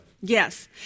Yes